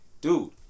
Dude